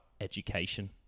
education